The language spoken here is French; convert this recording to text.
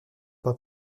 pas